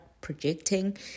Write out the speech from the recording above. projecting